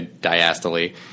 diastole